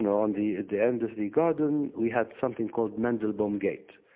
and on the the end of the garden, we had something called mandelbaum gate.